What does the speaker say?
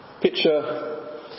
Picture